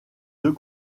deux